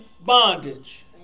bondage